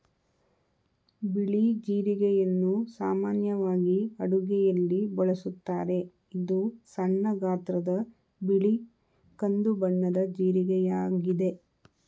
ಬಿಳಿ ಜೀರಿಗೆಯನ್ನು ಸಾಮಾನ್ಯವಾಗಿ ಅಡುಗೆಯಲ್ಲಿ ಬಳಸುತ್ತಾರೆ, ಇದು ಸಣ್ಣ ಗಾತ್ರದ ಬಿಳಿ ಕಂದು ಬಣ್ಣದ ಜೀರಿಗೆಯಾಗಿದೆ